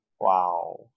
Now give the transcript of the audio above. Wow